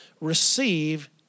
receive